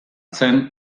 zen